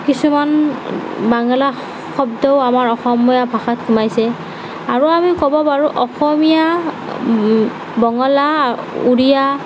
কিছুমান বাংলা শব্দও আমাৰ অসমীয়া ভাষাত সোমাইছে আৰু আমি ক'ব পাৰোঁ অসমীয়া বঙলা উৰিয়া